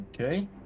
Okay